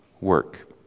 work